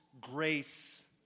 grace